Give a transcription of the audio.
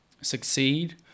succeed